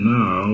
now